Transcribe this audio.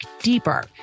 deeper